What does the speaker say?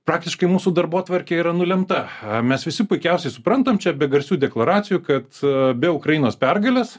praktiškai mūsų darbotvarkė yra nulemta a mes visi puikiausiai suprantam čia be garsių deklaracijų kad be ukrainos pergalės